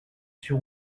suis